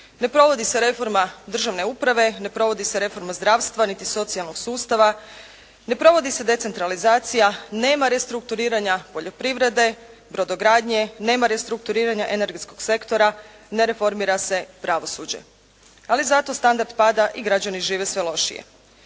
Ne provodi se reforma državne uprave, ne provodi se reforma zdravstva niti socijalnog sustava, ne provodi se decentralizacija, nema restrukturiranja poljoprivrede, brodogradnje, nema restrukturiranja energetskog sektora, ne reformira se pravosuđe. Ali zato standard pada i građani žive sve lošije.